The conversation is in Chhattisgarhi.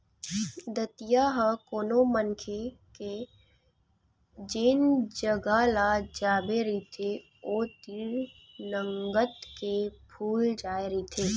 दतइया ह कोनो मनखे के जेन जगा ल चाबे रहिथे ओ तीर नंगत के फूल जाय रहिथे